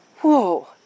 whoa